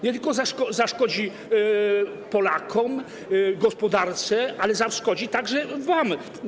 Nie tylko zaszkodzi Polakom i gospodarce, ale zaszkodzi także wam.